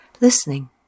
listening